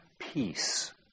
peace